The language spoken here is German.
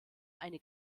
eine